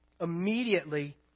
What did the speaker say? Immediately